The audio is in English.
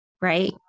Right